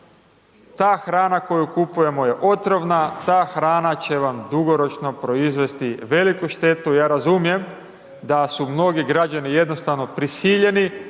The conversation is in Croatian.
ta hrana koju kupujemo je otrovna, ta hrana će vam dugoročno proizvesti veliku štetu, ja razumijem, da su mnogi građani jednostavno prisiljeni